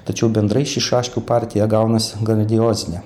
tačiau bendrai ši šaškių partija gaunasi grandiozinė